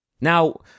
Now